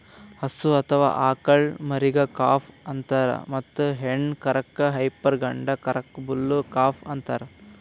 ಹಸು ಅಥವಾ ಆಕಳ್ ಮರಿಗಾ ಕಾಫ್ ಅಂತಾರ್ ಮತ್ತ್ ಹೆಣ್ಣ್ ಕರಕ್ಕ್ ಹೈಪರ್ ಗಂಡ ಕರಕ್ಕ್ ಬುಲ್ ಕಾಫ್ ಅಂತಾರ್